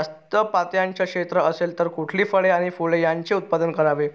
जास्त पात्याचं क्षेत्र असेल तर कुठली फळे आणि फूले यांचे उत्पादन करावे?